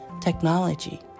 technology